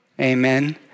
Amen